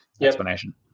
explanation